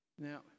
Now